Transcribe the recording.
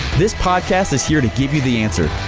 this podcast is here to give you the answer.